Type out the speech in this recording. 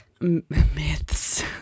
myths